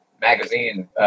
magazine